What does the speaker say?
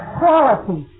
quality